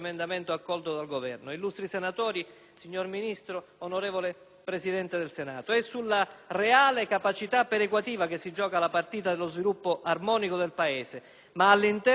signor Ministro, onorevole Presidente del Senato, è sulla reale capacità perequativa che si gioca la partita dello sviluppo armonico del Paese, ma all'interno del concetto stesso di perequazione